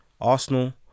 Arsenal